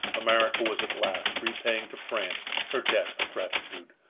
america was at last repaying to france her debt of gratitude,